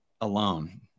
alone